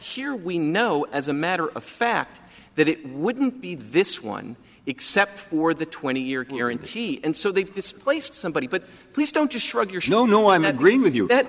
here we know as a matter of fact that it wouldn't be this one except for the twenty year guarantee and so they've displaced somebody but please don't just shrug your show no i'm agreeing with you that